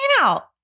out